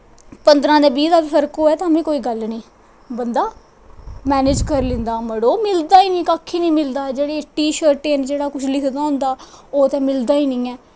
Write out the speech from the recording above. पंदरां ते बीह् दा फर्क होऐ तां बी कोई गल्ल निं बंदा मैनेज़ करी लैंदा बड़ो मिलदा ही निं कक्ख निं मिलदा टीशर्टें पर जेह्ड़ा कुछ लिखे दा होंदा ओह् ते मिलदा गै नेईं ऐ